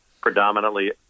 predominantly